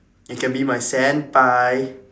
you can be my senpai